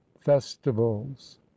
Festivals